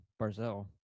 Barzell